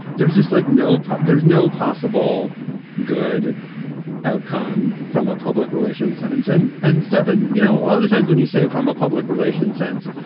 there's just like no but there's no possible good outcome from a public relations sense. and and stefan, you know, lot of times when you say from a public relations sense,